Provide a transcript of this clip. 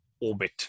orbit